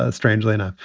ah strangely enough.